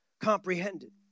comprehended